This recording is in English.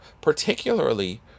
particularly